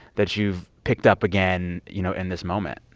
that you've picked up again, you know, in this moment?